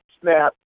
snap